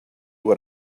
what